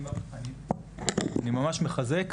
אני ממש מחזק,